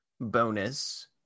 bonus